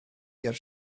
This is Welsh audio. ger